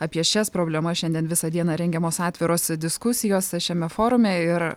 apie šias problemas šiandien visą dieną rengiamos atviros diskusijos šiame forume ir